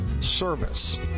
Service